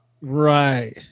right